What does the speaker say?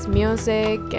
music